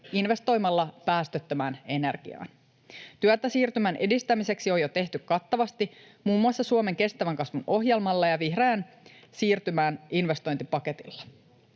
investoimalla päästöttömään energiaan. Työtä siirtymän edistämiseksi on jo tehty kattavasti muun muassa Suomen kestävän kasvun ohjelmalla ja vihreän siirtymän investointipaketilla.